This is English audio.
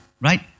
right